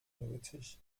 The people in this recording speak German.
nötig